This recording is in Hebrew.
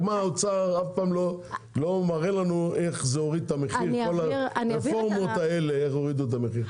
רק משרד האוצר אף פעם לא מראה לנו איך הרפורמות האלו מורידות את המחיר.